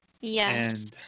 Yes